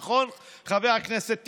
נכון, חבר הכנסת טיבי?